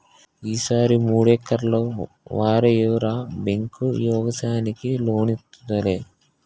ఈ సారి మూడెకరల్లో వరెయ్యరా బేంకు యెగసాయానికి లోనిత్తాదిలే